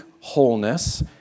wholeness